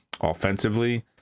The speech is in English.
offensively